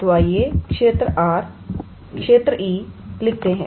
तो आइए क्षेत्र E लिखते हैं